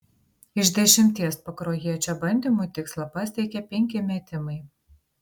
iš dešimties pakruojiečio bandymų tikslą pasiekė penki metimai